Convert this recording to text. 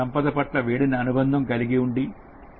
సంపద పట్ల విడదీసిన అనుబంధం కలిగి ఉండండి